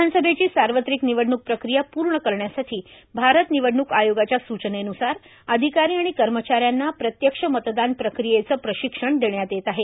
विधानसभेची सार्वत्रिक निवडणूक प्रकिया पूर्ण करण्यासाठी भारत निवडणूक आयोगाच्या सूचनेन्सार अधिकारी आणि कर्मचाऱ्यांना प्रत्यक्ष मतदान प्रक्रियेचे प्रशिक्षण देण्यात येत आहे